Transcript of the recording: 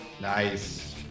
Nice